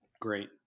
Great